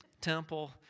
temple